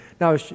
Now